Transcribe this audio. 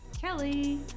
Kelly